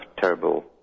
terrible